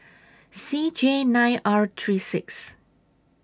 C J nine R three six